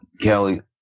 kelly